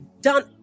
done